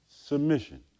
submission